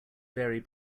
vary